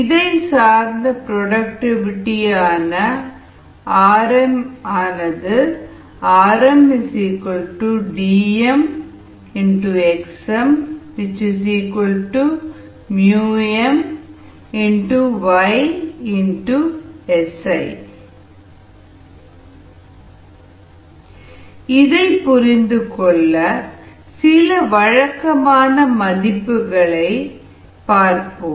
இதை சார்ந்த புரோடக்டிவிடி ஆன ஆர்எம் RmDmxmm இதை புரிந்துகொள்ள சில வழக்கமான மதிப்புகளை பார்ப்போம்